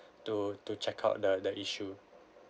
to to check out the the issue